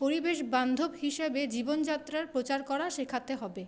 পরিবেশবান্ধব হিসেবে জীবনযাত্রার প্রচার করা শেখাতে হবে